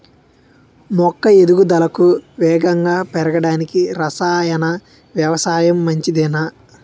మొక్క ఎదుగుదలకు వేగంగా పెరగడానికి, రసాయన వ్యవసాయం మంచిదేనా?